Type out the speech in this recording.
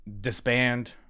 disband